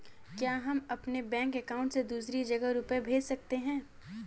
क्या हम अपने बैंक अकाउंट से दूसरी जगह रुपये भेज सकते हैं?